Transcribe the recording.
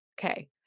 Okay